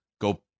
Go